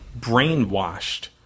Brainwashed